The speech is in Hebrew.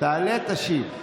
תעלה, תשיב.